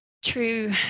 true